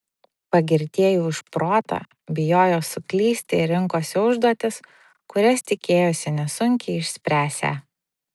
pagirtieji už protą bijojo suklysti ir rinkosi užduotis kurias tikėjosi nesunkiai išspręsią